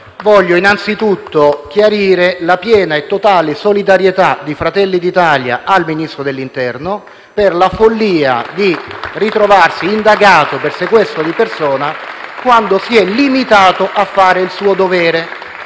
voglio innanzitutto chiarire la piena e totale solidarietà di Fratelli d'Italia al Ministro dell'interno per la follia di ritrovarsi indagato per sequestro di persona quando, invece, si è limitato a fare il proprio dovere.